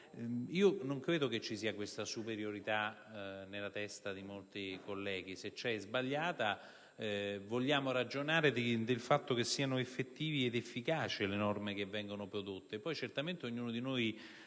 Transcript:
non credo che ci sia questa superiorità nella testa di molti colleghi; se c'è, è sbagliata. Vogliamo ragionare del fatto che siano effettive ed efficaci le norme che vengono prodotte; poi ognuno di noi